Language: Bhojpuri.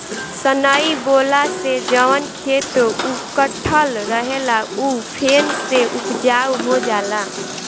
सनई बोअला से जवन खेत उकठल रहेला उ फेन से उपजाऊ हो जाला